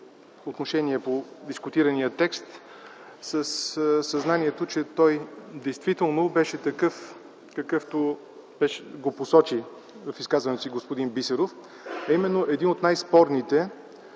отношение по дискутирания текст със съзнанието, че той беше такъв, какъвто го посочи в изказването си господин Бисеров, а именно един от най-спорните